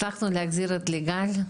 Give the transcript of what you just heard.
הצלחנו להחזיר את ליגל.